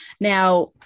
Now